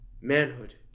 manhood